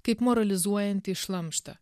kaip moralizuojantį šlamštą